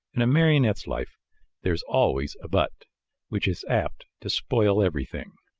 in a marionette's life there's always a but which is apt to spoil everything.